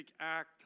act